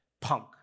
punk